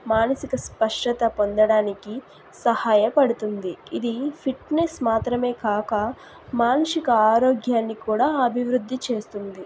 మానసిక స్పష్టత పొందడానికి సహాయపడుతుంది ఇది ఫిట్నెస్ మాత్రమే కాక మానసిక ఆరోగ్యాన్ని కూడా అభివృద్ధి చేస్తుంది